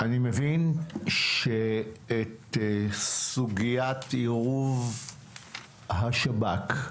--- אני מבין שאת סוגיית עירוב השב"כ,